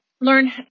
learn